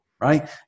right